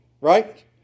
right